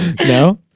No